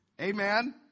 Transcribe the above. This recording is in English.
Amen